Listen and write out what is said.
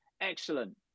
Excellent